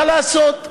מה לעשות?